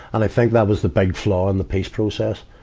and i think that was the big flaw in the peace process.